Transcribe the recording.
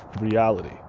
reality